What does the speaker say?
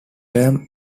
terms